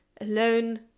alone